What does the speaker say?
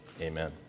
amen